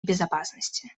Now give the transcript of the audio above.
безопасности